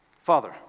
Father